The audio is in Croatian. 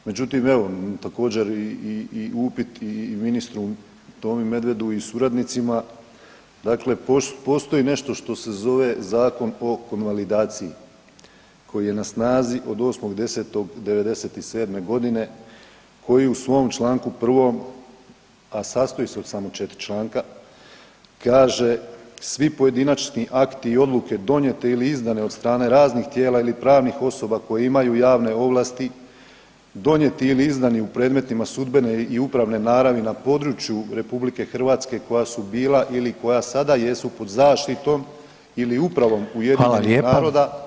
Međutim, evo također i upit i ministru Tomi Medvedu i suradnicima, dakle postoji nešto što se zove Zakon o konvalidaciji koji je na snazi od 8.10.'97. godine koji u svom Članku 1., a sastoji se od samo 4 članka kaže svi pojedinačni akti i odluke donijeti ili izdane od strane raznih tijela ili pravnih osoba koje imaju javne ovlasti, donijeti ili izdani u predmetima sudbene i upravne naravi na području RH koja su bila ili koja sada jesu pod zaštitom ili upravom UN-a [[Upadica: Hvala.]] dalje vam ne moram čitati.